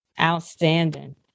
Outstanding